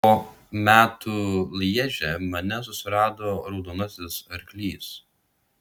po metų lježe mane susirado raudonasis arklys